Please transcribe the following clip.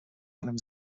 einem